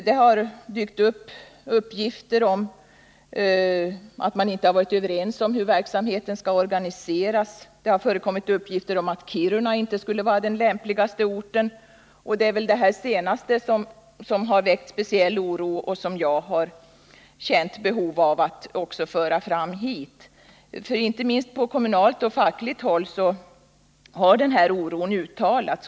Det har dykt upp uppgifter om att man inte har varit överens om hur verksamheten skall organiseras, och vidare har det skrivits att Kiruna inte skulle vara den lämpligaste orten. Det är väl det sista som har väckt speciell oro och som har gjort att jag känt behov av att ta upp saken här i riksdagen. Inte minst på kommunalt och fackligt håll har man uttalat sin oro.